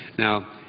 now,